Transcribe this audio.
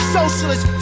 socialist